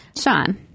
Sean